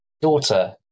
daughter